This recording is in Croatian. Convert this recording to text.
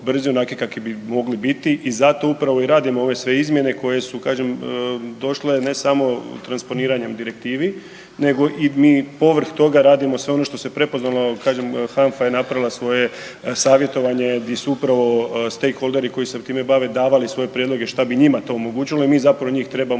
brzi onakvi kakvi bi mogli biti. I zato upravo i radimo ove sve izmjene koje su kažem došle ne samo transponiranjem direktivi nego i mi povrh toga radimo sve ono što se prepoznalo, a kažem HANFA je napravila svoje savjetovanje gdje su upravo stakeholderi koji se time bave davali svoje prijedloge šta bi njima to omogućilo i mi zapravo njih trebamo